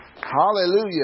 Hallelujah